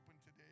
today